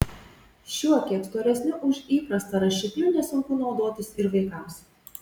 šiuo kiek storesniu už įprastą rašikliu nesunku naudotis ir vaikams